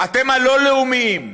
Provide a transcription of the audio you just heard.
אתם הלא-לאומיים"